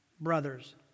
brothers